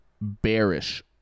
bearish